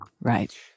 Right